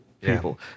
people